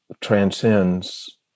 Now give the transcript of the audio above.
transcends